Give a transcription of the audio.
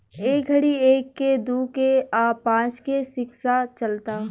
ए घड़ी एक के, दू के आ पांच के सिक्का चलता